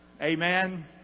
Amen